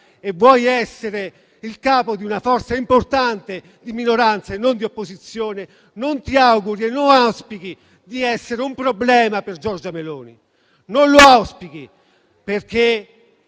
e vuoi essere il capo di una forza importante di minoranza e non di opposizione, non ti auguri di essere un problema per Giorgia Meloni. Non lo auspichi, perché